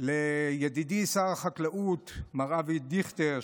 לידידי שר החקלאות מר אבי דיכטר,